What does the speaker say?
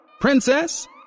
princess